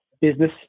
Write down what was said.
business